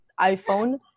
iphone